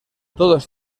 todos